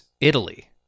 Italy